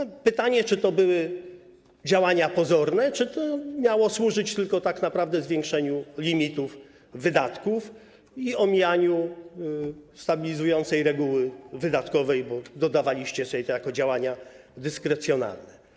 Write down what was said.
Powstaje pytanie, czy to były działania pozorne, czy to miało służyć tak naprawdę tylko zwiększeniu limitów wydatków i omijaniu stabilizującej reguły wydatkowej, bo dodawaliście sobie to jako działania dyskrecjonalne.